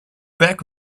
peck